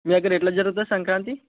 మీ దగ్గర ఎట్లా జరుగుతుంది సంక్రాంతి